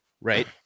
right